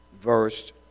verse